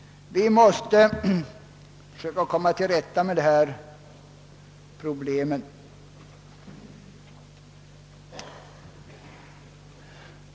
Vi måste försöka komma till rätta med dessa problem.